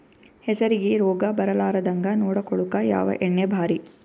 ಹೆಸರಿಗಿ ರೋಗ ಬರಲಾರದಂಗ ನೊಡಕೊಳುಕ ಯಾವ ಎಣ್ಣಿ ಭಾರಿ?